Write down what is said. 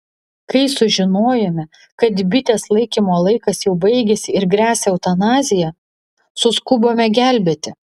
kai sužinojome kad bitės laikymo laikas jau baigėsi ir gresia eutanazija suskubome gelbėti